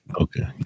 Okay